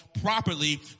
properly